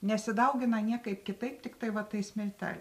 nesidaugina niekaip kitaip tiktai va tais milte